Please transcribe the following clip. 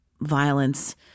violence